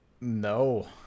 No